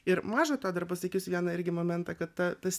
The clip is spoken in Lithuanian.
ir maža to dar pasakysiu vieną irgi momentą kad tas